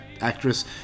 actress